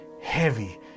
heavy